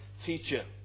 teacher